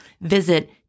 Visit